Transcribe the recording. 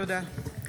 תודה.